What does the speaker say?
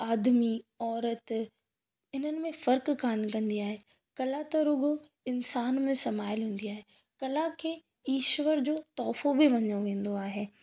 आदमी औरत इन्हनि में फ़र्क़ु कान कंदी आहे कला त रुॻो इंसान में समायल हूंदी आहे कला खे ईश्वर जो तोहफ़ो बि मञो वेंदो आहे